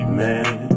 man